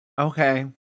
Okay